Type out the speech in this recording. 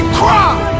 cry